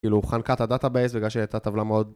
כאילו חנקה את הדאטאבייס בגלל שהיא הייתה טבלה מאוד